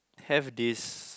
have this